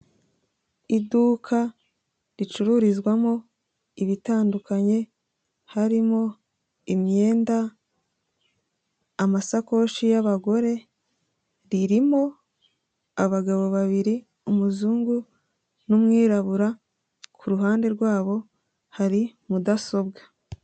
Iduka ricururizwamo ibitandukanye harimo: imyenda, amasakoshi y'abagore, ririmo abagabo babiri umuzungu n'umwirabura, kuruhande rwabo hari mudasobwa.